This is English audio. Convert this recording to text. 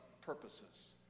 purposes